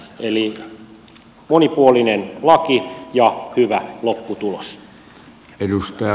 eli monipuolinen laki ja hyvä lopputulos